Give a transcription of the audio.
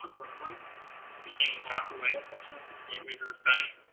of broadway, just being a block away, it's actually to the gateway to the site.